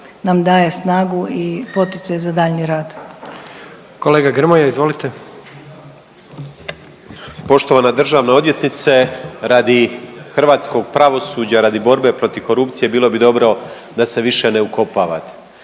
Grmoja izvolite. **Grmoja, Nikola (MOST)** Poštovana državna odvjetnice, radi hrvatskog pravosuđa, radi borbe protiv korupcije bilo bi dobro da se više ne ukopavate.